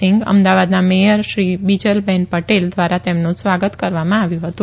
સિંઘ અમદાવાદના મેયર બીજલ પટેલ દ્વારા તેમનું સ્વાગત કરવામાં આવ્યું હતું